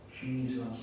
Jesus